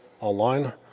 online